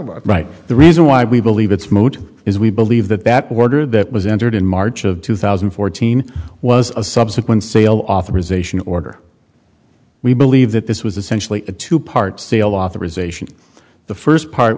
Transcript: started right the reason why we believe it's moot is we believe that that water that was entered in march of two thousand and fourteen was a subsequent sale authorization order we believe that this was essentially a two part sale authorization the first part